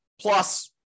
plus